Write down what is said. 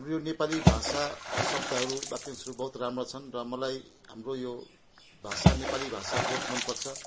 हाम्रो यो नेपाली भाषा र शब्दहरू वाक्यांशहरू बहुत राम्रो छन् र मलाई हाम्रो यो भाषा नेपाली भाषा बहुत मनपर्छ